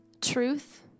truth